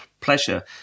pleasure